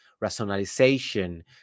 rationalization